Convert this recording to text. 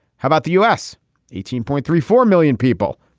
how about the us eighteen point thirty four million people.